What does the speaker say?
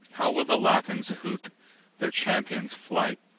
how will the latins hoot their champion's flight!